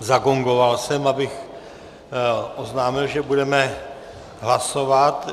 Zagongoval jsem, abych oznámil, že budeme hlasovat.